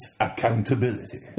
accountability